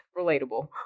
relatable